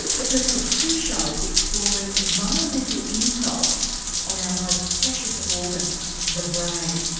the first of two shows exploring environmental insults on our most precious of organs the brain.